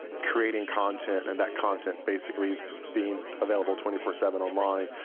creating content, and that content basically being available twenty four seven online,